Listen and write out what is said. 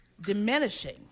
Diminishing